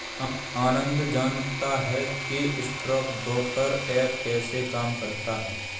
आनंद जानता है कि स्टॉक ब्रोकर ऐप कैसे काम करता है?